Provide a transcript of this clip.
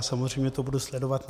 Samozřejmě to budu sledovat.